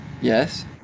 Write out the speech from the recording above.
Yes